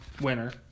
winner